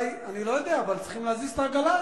אני לא יודע, אבל צריך להזיז את העגלה הזאת.